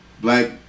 black